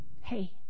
Hey